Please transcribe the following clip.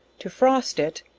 to frost it.